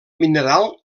mineral